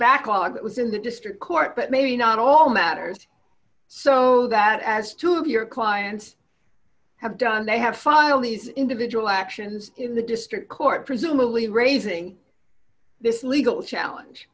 that was in the district court but maybe not all matters so that as two of your clients have done they have filed these individual actions in the district court presumably raising this legal challenge